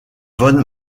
van